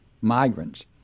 migrants